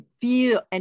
feel